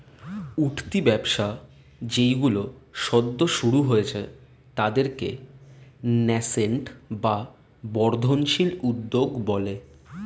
উঠতি ব্যবসা যেইগুলো সদ্য শুরু হয়েছে তাদেরকে ন্যাসেন্ট বা বর্ধনশীল উদ্যোগ বলে